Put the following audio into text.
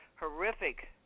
horrific